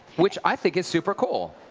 which i think is super cool.